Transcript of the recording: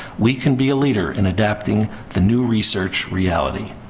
we can be a leader in adapting the new research reality.